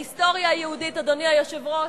ההיסטוריה היהודית, אדוני היושב-ראש,